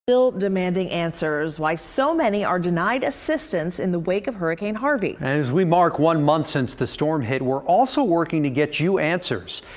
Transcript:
still demanding answers, why so many are denied assistance in the wake of hurricane harvey. and as we mark one month since the storm hit, we're also working to get you answers.